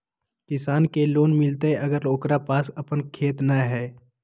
किसान के लोन मिलताय अगर ओकरा पास अपन खेत नय है?